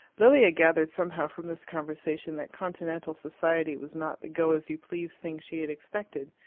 lilia gathered somehow from this conversation that continental society was not the go-as-you-please thing she had expected.